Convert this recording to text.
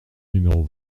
numéro